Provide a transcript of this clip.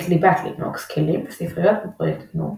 את ליבת לינוקס, כלים וספריות מפרויקט גנו,